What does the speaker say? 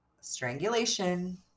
strangulation